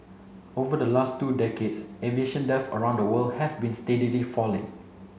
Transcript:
over the last two decades aviation deaths around the world have been steadily falling